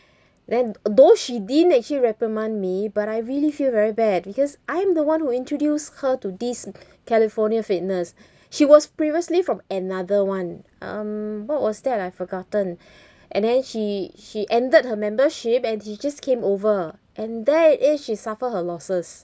then although she didn't actually reprimand me but I really feel very bad because I'm the one who introduced her to this california fitness she was previously from another one um what was that I forgotten and then she she ended her membership and she just came over and there it is she suffer her losses